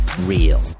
Real